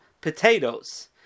potatoes